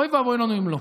אוי ואבוי לנו אם לא.